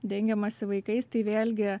dengiamasi vaikais tai vėlgi